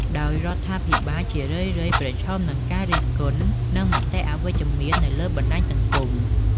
ដោយរដ្ឋាភិបាលជារឿយៗប្រឈមនឹងការរិះគន់ និងមតិអវិជ្ជមាននៅលើបណ្ដាញសង្គម។